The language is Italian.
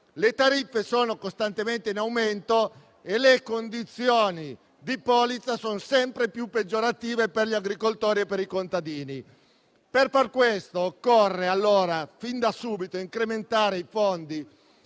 le tariffe sono costantemente in aumento e le condizioni di polizza sono sempre peggiorative per gli agricoltori e per i contadini. Per far questo occorre, fin da subito, incrementare i fondi